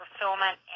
fulfillment